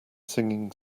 singing